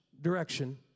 direction